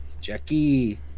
Jackie